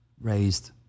raised